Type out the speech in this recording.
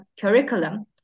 curriculum